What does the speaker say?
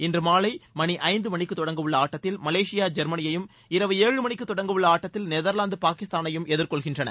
இன்று மாலை மணி ஐந்து மணிக்கு தொடங்கவுள்ள ஆட்டத்தில் மலேசியா ஜெர்மனியையும் இரவு ஏழு மணிக்கு தொடங்கவுள்ள ஆட்டத்தில் நெதர்வாந்து பாகிஸ்தானையும் எதிர்கொள்கின்றன